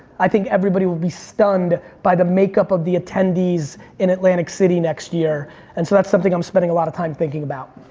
i think everybody will be stunned by the makeup of the attendees in atlantic city next year and so that's something i'm spending a lot of time thinking about.